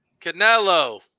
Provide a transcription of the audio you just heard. Canelo